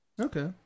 okay